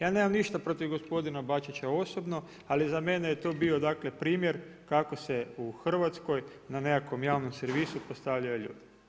Ja nemam ništa protiv gospodina Bačića osobno ali za mene je to bio primjer kako se u Hrvatskoj, na nekakvom javnom servisu postavljaju ljudi.